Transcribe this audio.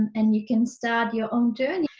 and you can start your own journey.